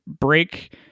break